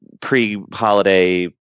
pre-holiday